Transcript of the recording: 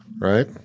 right